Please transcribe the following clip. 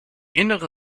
innere